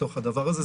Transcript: בתוך הדבר הזה.